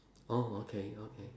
oh okay okay